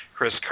Chris